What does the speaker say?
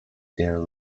their